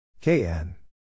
Kn